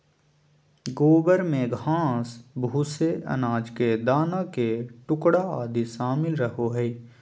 गोबर में घास, भूसे, अनाज के दाना के टुकड़ा आदि शामिल रहो हइ